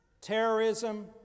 Terrorism